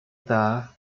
dda